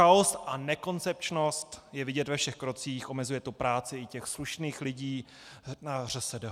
Chaos a nekoncepčnost je vidět ve všech krocích, omezuje to práci i těch slušných lidí na ŘSD.